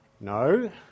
No